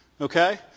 Okay